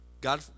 God